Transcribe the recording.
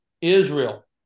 Israel